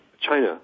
China